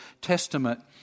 Testament